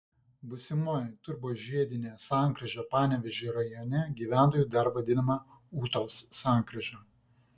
būsimoji turbožiedinė sankryža panevėžio rajone gyventojų dar vadinama ūtos sankryža